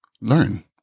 learn